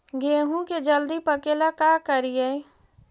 गेहूं के जल्दी पके ल का करियै?